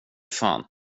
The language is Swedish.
fan